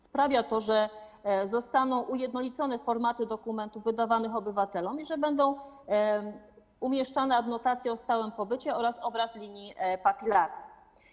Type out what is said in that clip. Sprawia to, że zostaną ujednolicone formaty dokumentów wydawanych obywatelom i że będą umieszczone adnotacje o stałym pobycie oraz obraz linii papilarnych.